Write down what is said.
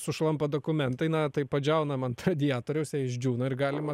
sušlampa dokumentai na tai padžiaunam ant radiatoriaus jie išdžiūna ir galima